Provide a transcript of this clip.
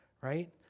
Right